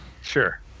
Sure